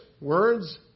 words